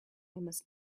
must